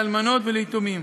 לאלמנות וליתומים.